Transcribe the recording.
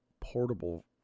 portable